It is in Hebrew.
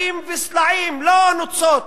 הרים וסלעים, לא נוצות,